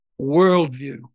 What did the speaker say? Worldview